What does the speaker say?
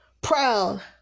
Proud